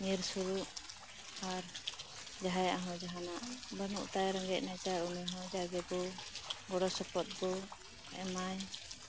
ᱧᱤᱨ ᱥᱩᱨᱩᱜ ᱟᱨ ᱡᱟᱸᱦᱟᱭᱟᱜ ᱦᱚᱸ ᱡᱟᱦᱟᱱᱟᱜ ᱵᱟᱹᱱᱩ ᱛᱟᱭ ᱨᱮᱜᱮᱡ ᱱᱟᱪᱟᱨ ᱩᱱᱤ ᱦᱚᱸ ᱡᱟᱜᱮᱵᱩ ᱜᱚᱲᱚ ᱥᱚᱯᱚᱦᱚᱫ ᱠᱚ ᱮᱢᱟᱭ